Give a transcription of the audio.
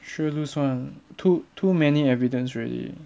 sure lose [one] too too many evidence already